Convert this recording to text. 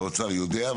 והאוצר יודע,